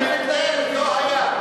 כן, לא היה.